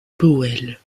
powell